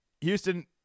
Houston